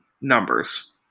numbers